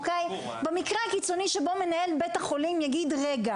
במקרה הקיצוני שבו מנהל בית החולים יגיד: רגע,